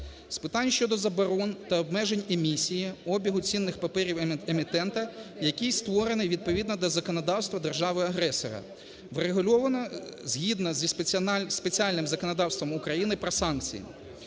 З питань щодо заборон та обмежень емісії обігу цінних паперів емітента, який створений відповідно до законодавства держави-агресора. Врегульовано згідно зі спеціальним законодавством України про санкції.